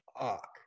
fuck